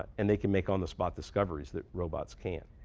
and they can make on the spot discoveries that robots can't.